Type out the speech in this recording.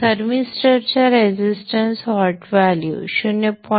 थर्मिस्टरच्या resistance hot value 0